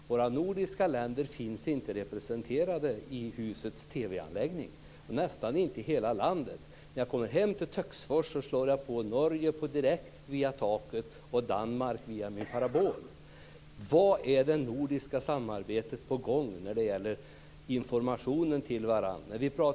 Våra nordiska länder finns inte representerade i husets TV anläggning och nästan inte i hela landet. När jag kommer hem till Töcksfors kan jag slå på norsk TV direkt via taket och dansk TV via min parabol. Vart är det nordiska samarbetet på väg när det gäller informationen mellan de olika länderna?